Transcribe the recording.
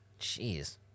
Jeez